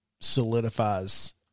solidifies